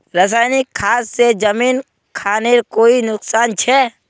रासायनिक खाद से जमीन खानेर कोई नुकसान छे?